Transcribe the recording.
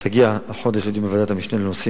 תגיע החודש לדיון בוועדת המשנה לנושאים